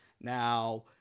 Now